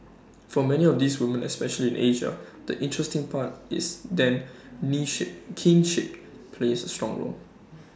for many of these women especially in Asia the interesting part is that niship kinship plays A strong role